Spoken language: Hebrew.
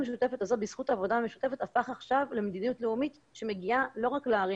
בזכות העבודה המשותפת הפך עכשיו למדיניות לאומית שמגיעה לא רק לערים,